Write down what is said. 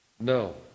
no